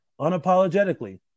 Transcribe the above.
unapologetically